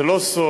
זה לא סוד,